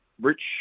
rich